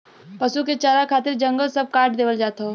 पसु के चारा खातिर जंगल सब काट देवल जात हौ